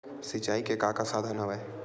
सिंचाई के का का साधन हवय?